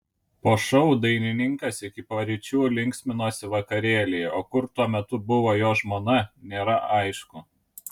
po šou dainininkas iki paryčių linksminosi vakarėlyje o kur tuo metu buvo jo žmona nėra aišku